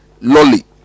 Lolly